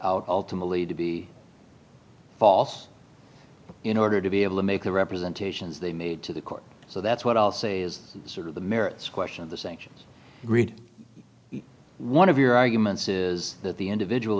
out ultimately to be false in order to be able to make the representations they made to the court so that's what i'll say is sort of the merits question of the sanctions read one of your arguments is that the individual